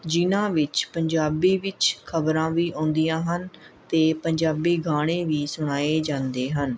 ਜਿਨ੍ਹਾਂ ਵਿੱਚ ਪੰਜਾਬੀ ਵਿੱਚ ਖਬਰਾਂ ਵੀ ਆਉਂਦੀਆਂ ਹਨ ਅਤੇ ਪੰਜਾਬੀ ਗਾਣੇ ਵੀ ਸੁਣਾਏ ਜਾਂਦੇ ਹਨ